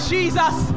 Jesus